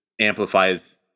amplifies